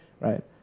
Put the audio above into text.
right